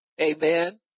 Amen